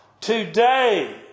today